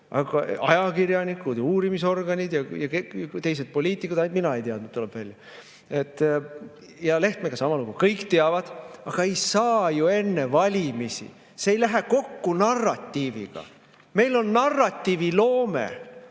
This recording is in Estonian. – ajakirjanikud ja uurimisorganid ja teised poliitikud –, ainult mina ei teadnud, tuleb välja. Lehtmega sama lugu: kõik teavad, aga ei saa ju enne valimisi, see ei lähe kokku narratiiviga. Meil on narratiiviloome!